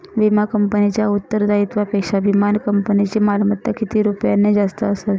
विमा कंपनीच्या उत्तरदायित्वापेक्षा विमा कंपनीची मालमत्ता किती रुपयांनी जास्त असावी?